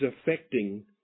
affecting